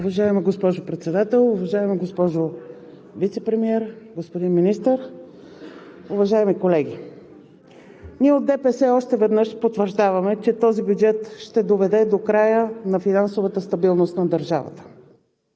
Уважаема госпожо Председател, уважаема госпожо Вицепремиер, господин Министър, уважаеми колеги! Ние от ДПС още веднъж потвърждаваме, че този бюджет ще доведе до края на финансовата стабилност на държавата.